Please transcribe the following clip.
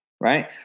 right